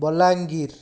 Balangir